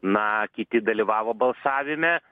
na kiti dalyvavo balsavime